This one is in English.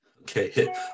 Okay